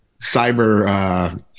cyber